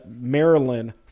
Maryland